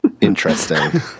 Interesting